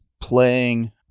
playing